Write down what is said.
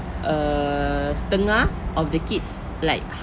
err setengah of the kids like